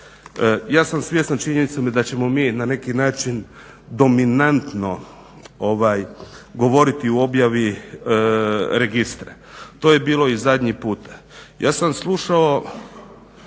Ja sam svjestan činjenice da ćemo mi na neki način dominantno govoriti o objavi Registra. To je bilo i zadnji puta. Ja sam slušao